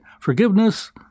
Forgiveness